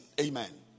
Amen